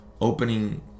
opening